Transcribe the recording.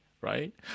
right